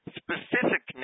specific